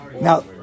Now